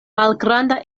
malgranda